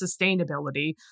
sustainability